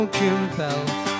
compelled